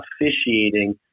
officiating